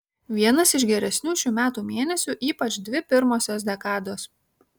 vienas iš geresnių šių metų mėnesių ypač dvi pirmosios dekados